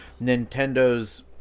Nintendo's